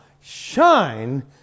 shine